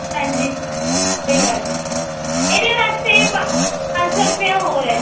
ਹਾਂਜੀ ਕੋਈ ਗੱਲ ਨਹੀਂ ਇਹਦੇ ਵਾਸਤੇ ਪੰ ਪੰਜ ਸੌ ਰੁਪਿਆ ਹੋਰ ਹੈ ਜੀ